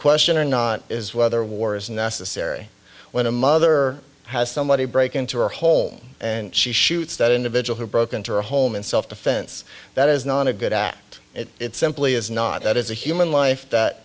question or not is whether war is necessary when a mother has somebody break into her home and she shoots that individual who broke into her home in self defense that is not a good act it simply is not that is a human life that